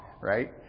right